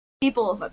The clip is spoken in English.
People